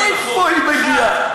מאיפה היא מגיעה?